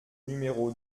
numéro